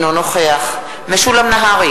אינו נוכח משולם נהרי,